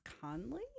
Conley